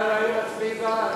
היינו מצביעים בעד.